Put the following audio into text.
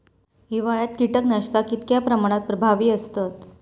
हिवाळ्यात कीटकनाशका कीतक्या प्रमाणात प्रभावी असतत?